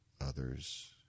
Others